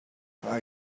are